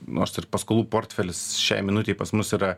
nors ir paskolų portfelis šiai minutei pas mus yra